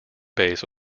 base